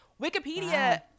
Wikipedia